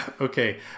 okay